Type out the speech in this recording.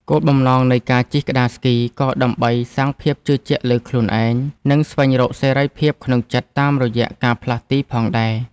គោលបំណងនៃការជិះក្ដារស្គី ក៏ដើម្បីកសាងភាពជឿជាក់លើខ្លួនឯង និងស្វែងរកសេរីភាពក្នុងចិត្តតាមរយៈការផ្លាស់ទីផងដែរ។